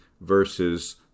versus